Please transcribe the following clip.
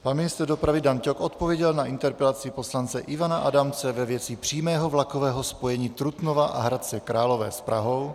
Pan ministr dopravy Dan Ťok odpověděl na interpelaci poslance Ivana Adamce ve věci přímého vlakového spojení Trutnova a Hradce Králové s Prahou.